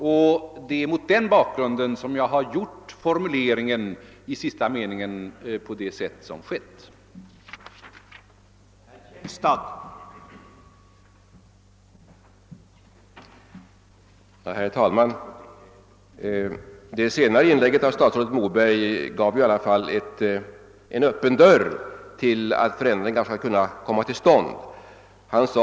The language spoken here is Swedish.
Det är emellertid mot den bakgrunden som jag har formulerat den sista meningen i mitt svar på det sätt som jag har gjort.